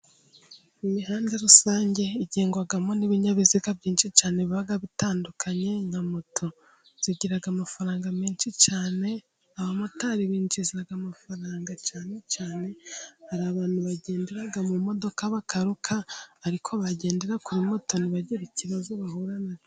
Imihanda rusange igendwamo n'ibinyabiziga byinshi cyane biba bitandukanye . Nka moto zigira amafaranga menshi cyane. Abamotari binjiza amafaranga cyane cyane hari abantu bagenda mu modoka bakaruka ariko bagendera kuri moto ntibagire ikibazo bahura na cyo.